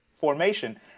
formation